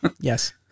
Yes